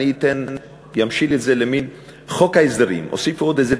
אני אמשיל את זה למין "חוק ההסדרים" הוסיפו עוד איזה